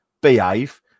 behave